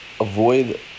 avoid